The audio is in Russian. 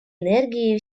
энергии